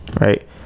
right